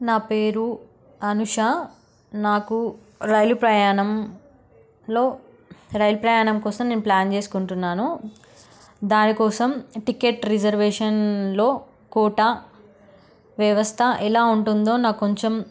నా పేరు అనూష నాకు రైలు ప్రయాణంలో రైలు ప్రయాణం కోసం నేను ప్లాన్ చేసుకుంటున్నాను దానికోసం టికెట్ రిజర్వేషన్లో కోటా వ్యవస్థ ఎలా ఉంటుందో నాకు కొంచెం